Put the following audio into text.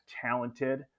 talented